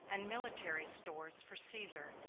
and military stores for caesar,